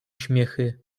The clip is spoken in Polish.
śmiechy